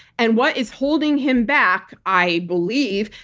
and what is holding him back, i believe,